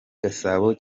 gasabo